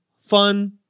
Fun